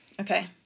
Okay